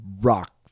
rock